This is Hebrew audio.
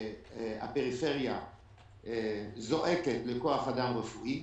שהפריפריה זועקת לכוח אדם רפואי.